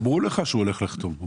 אמרו לך שהוא הולך לחתום.